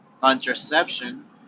contraception